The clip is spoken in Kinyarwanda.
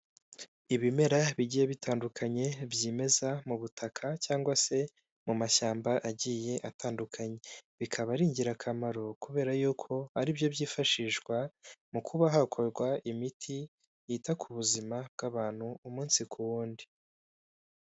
Ibimera bigiye bitandukanye byimeza mu butaka cyangwa se mu mashyamba agiye atandukanye. Bikaba ari ingirakamaro kubera y'uko ari byo byifashishwa mu kuba hakorwa imiti yita ku buzima bw'abantu umunsi ku wundi.